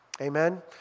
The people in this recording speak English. Amen